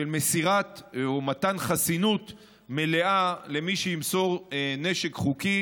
של מסירת או מתן חסינות מלאה למי שימסור נשק חוקי.